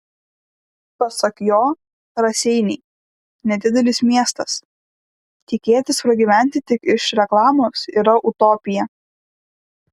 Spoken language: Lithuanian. pasak jo raseiniai nedidelis miestas tikėtis pragyventi tik iš reklamos yra utopija